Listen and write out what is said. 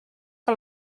que